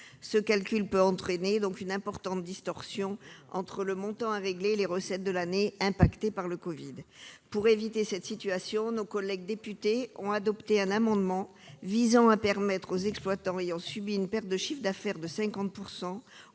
Ce calcul peut donc entraîner une importante distorsion entre le montant à régler et les recettes de l'année, impactées par la crise du covid-19. Pour éviter cette situation, nos collègues députés ont adopté un amendement visant à permettre aux exploitants ayant subi une perte de chiffre d'affaires de 50